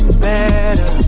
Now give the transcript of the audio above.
better